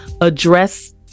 address